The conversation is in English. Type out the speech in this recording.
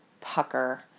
Pucker